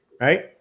right